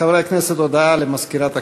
חברי הכנסת, הודעה למזכירת הכנסת,